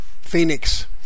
Phoenix